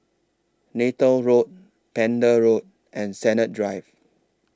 Neythal Road Pender Road and Sennett Drive